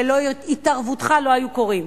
ללא התערבותך לא היו קורים.